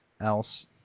else